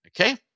okay